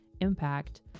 impact